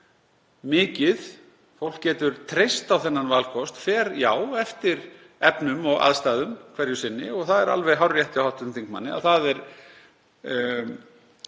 mikið fólk getur treyst á þann valkost fer jú eftir efnum og aðstæðum hverju sinni. Það er alveg hárrétt hjá hv. þingmanni að minna er